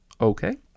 okay